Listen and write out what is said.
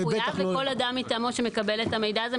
כמו כל אדם מטעמו שמקבל את המידע הזה,